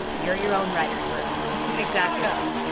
you're your own writers' room exactly go.